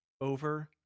over